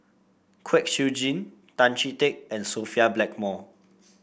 Kwek Siew Jin Tan Chee Teck and Sophia Blackmore